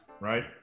Right